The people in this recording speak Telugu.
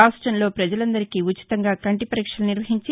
రాష్టంలో ప్రపజలందరికి ఉచితంగా కంటి పరీక్షలు నిర్వహించి